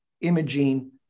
imaging